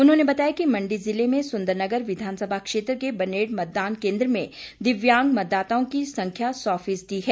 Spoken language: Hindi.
उन्होंने बताया कि मंडी ज़िले में सुंदरनगर विधानसभा क्षेत्र के बनेड़ मतदान केंद्र में दिव्यांग मतदाताओं की संख्या सौ फीसदी है